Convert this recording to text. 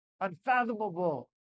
unfathomable